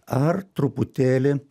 ar truputėlį